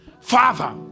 Father